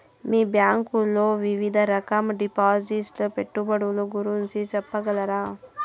మీ bank లో వివిధ రకాల డిపాసిట్స్, పెట్టుబడుల గురించి సెప్పగలరా?